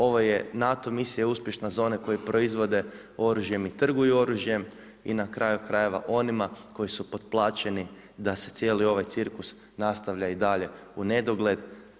Ovo je NATO misija uspješna za one koji proizvode oružjem i trguju oružjem i na kraju krajeva, onima koji su potplaćeni da se cijeli ovaj cirkus nastavlja i dalje u nedogled.